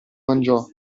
mangiò